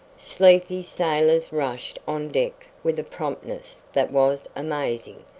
sleepy sailors rushed on deck with a promptness that was amazing.